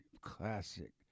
Classic